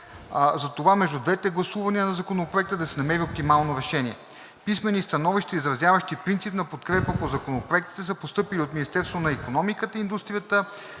за това между двете гласувания на Законопроекта да се намери оптимално решение. Писмени становища, изразяващи принципна подкрепа по законопроектите, са постъпили от Министерството на икономиката и индустрията,